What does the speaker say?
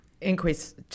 increase